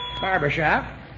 Barbershop